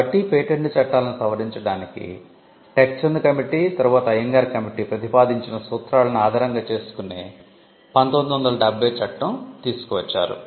కాబట్టి పేటెంట్ చట్టాలను సవరించడానికి టెక్ చంద్ కమిటీ తరువాత అయ్యంగార్ కమిటీ ప్రతిపాదించిన సూత్రాలను ఆధారంగా చేసుకునే 1970 చట్టం తీసుకు వచ్చారు